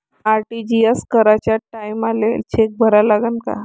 RTGS कराच्या टायमाले cheque भरा लागन का?